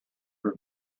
grew